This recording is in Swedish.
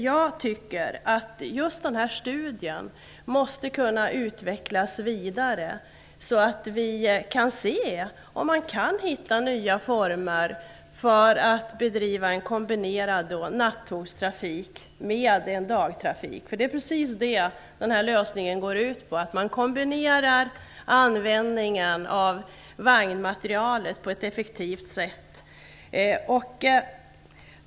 Jag tycker att denna studie måste kunna utvecklas vidare så att vi kan se om man kan hitta nya former för att bedriva en kombinerad nattågstrafik och dagtrafik. Det är precis det som denna lösning går ut på, att man kombinerar användningen av vagnmaterialet på ett effektivt sätt.